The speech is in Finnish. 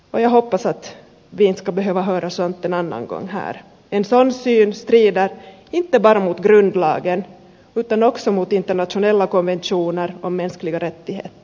ajohopesät vinska behövaharson tänään onko hääri enso on usein tiedä mitä karhut ryn lääkäri kuten oksa muutin tänne zanella kolmen suuna on myös kierrätti